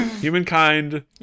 Humankind